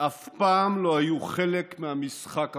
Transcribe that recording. אף פעם לא היו חלק מהמשחק הפוליטי,